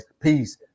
Peace